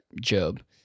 Job